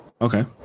Okay